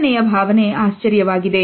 ಐದನೆಯದು ಆಶ್ಚರ್ಯವಾಗಿದೆ